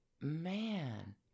Man